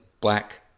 black